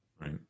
right